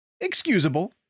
excusable